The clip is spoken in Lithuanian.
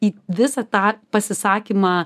į visą tą pasisakymą